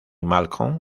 malcolm